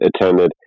attended